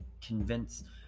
convince